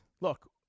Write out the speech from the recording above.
look